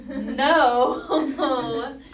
no